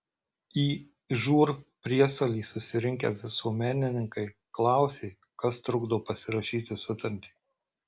į žūr priesalį susirinkę visuomenininkai klausė kas trukdo pasirašyti sutartį